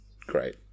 great